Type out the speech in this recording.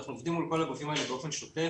אנחנו עובדים מול כל הגופים האלה באופן שוטף,